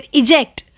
eject